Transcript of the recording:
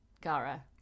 Gara